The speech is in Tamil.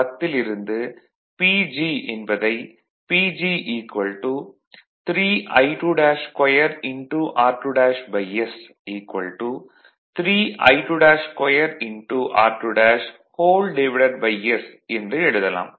10 ல் இருந்து PG என்பதை PG 3I22 r2s 3I22 r2s என்று எழுதலாம்